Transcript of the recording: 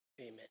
Amen